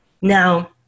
now